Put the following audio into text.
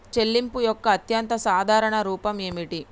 చెల్లింపు యొక్క అత్యంత సాధారణ రూపం ఏమిటి?